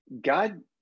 God